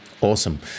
Awesome